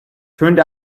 turned